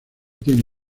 tiene